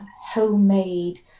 homemade